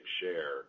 share